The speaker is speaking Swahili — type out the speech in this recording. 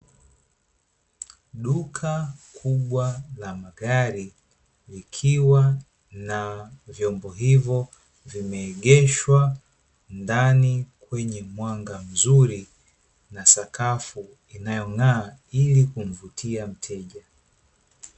Duka kubwa la magari likiwa na vyombo hivyo vimeegeshwa ndani kwenye mwanga mzuri, na sakafu inayong'aa ili kumvutia mteja.